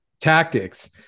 tactics